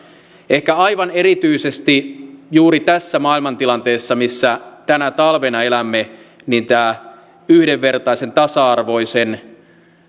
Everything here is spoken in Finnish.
ehkä aivan erityisesti juuri tässä maailmantilanteessa missä tänä talvena elämme tämä yhdenvertaisuuden tasa arvon